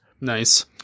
Nice